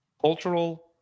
cultural